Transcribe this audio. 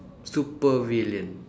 supervillain